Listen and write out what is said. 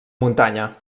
muntanya